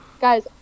guys